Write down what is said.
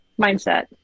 mindset